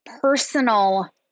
personal